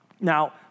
Now